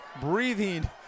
breathing